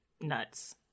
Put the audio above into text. nuts